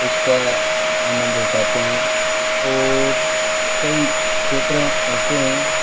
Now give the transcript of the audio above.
उसका आनंद उठाते हैं और कई क्षेत्र ऐसे हैं